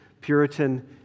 Puritan